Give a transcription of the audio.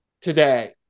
today